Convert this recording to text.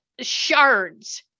shards